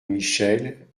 michel